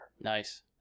Nice